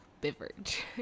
beverage